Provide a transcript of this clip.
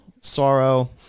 Sorrow